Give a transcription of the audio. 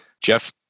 Jeff